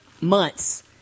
months